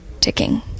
ticking